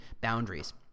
boundaries